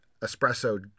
espresso